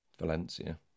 valencia